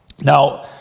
Now